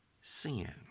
sin